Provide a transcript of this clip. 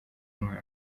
mwana